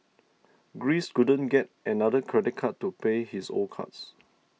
Greece couldn't get another credit card to pay his old cards